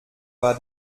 war